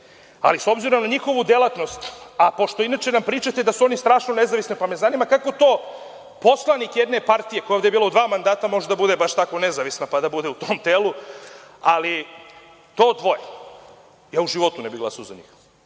Ali, s obzirom na njihovu delatnost, a pošto nam inače pričate da su oni strašno nezavisni, pa me zanima kako to poslanik jedne partije koja je ovde bila u dva mandata može da bude baš tako nezavisna, pa da bude u tom telu, ali to dvoje, ja u životu ne bih glasao za njih.